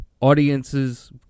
Audiences